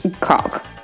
cock